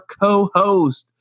co-host